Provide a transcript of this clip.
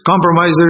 compromisers